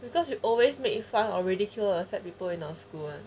because you always making fun of ridicule or fat people in our school really